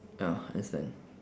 ah understand